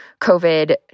COVID